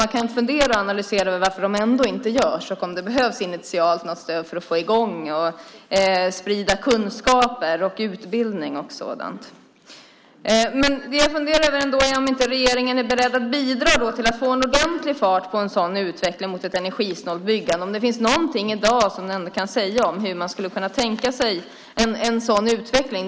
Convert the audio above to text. Man kan fundera över och analysera varför de ändå inte vidtas och om det initialt behövs något stöd för att komma i gång, sprida kunskaper och utbildning och så vidare. Är inte regeringen beredd att bidra till att få en ordentlig fart på en sådan utveckling mot ett energisnålt byggande, om det finns någonting i dag som kan sägas om hur man kan tänka sig en sådan utveckling.